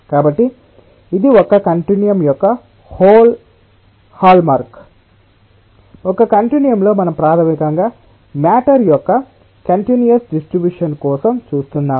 కాబట్టి ఇది ఒక కంటిన్యూయం యొక్క హోల్ హాల్మార్క్ ఒక కంటిన్యూమ్లో మనం ప్రాథమికంగా మ్యటర్ యొక్క కంటిన్యూయస్ డిస్ట్రిబ్యుషన్ కోసం చూస్తున్నాము